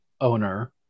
owner